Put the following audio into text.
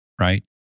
Right